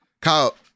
kyle